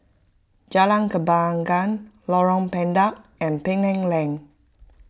Jalan Kembangan Lorong Pendek and Penang Lane